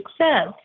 success